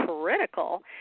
critical